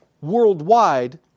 worldwide